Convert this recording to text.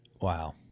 Wow